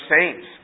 saints